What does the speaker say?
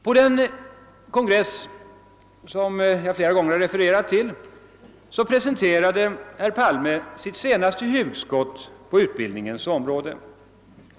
På den kongress som jag flera gånger refererat till presenterade herr Palme sitt senaste hugskott på utbildningens område.